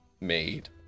made